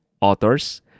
authors